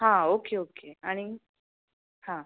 हां okay okay आनी हां